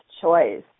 choice